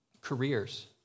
careers